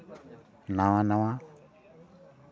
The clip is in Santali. ᱱᱟᱶᱟ ᱱᱟᱶᱟ